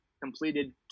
completed